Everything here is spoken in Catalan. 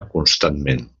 constantment